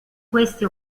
queste